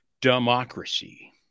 Democracy